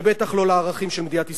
ובטח לא לערכים של מדינת ישראל.